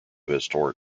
historic